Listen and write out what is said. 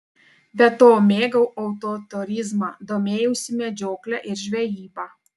be to mėgau autoturizmą domėjausi medžiokle ir žvejyba